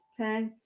Okay